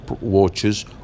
watches